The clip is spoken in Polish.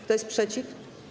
Kto jest przeciw?